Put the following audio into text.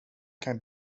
kan